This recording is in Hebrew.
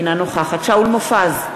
אינה נוכחת שאול מופז,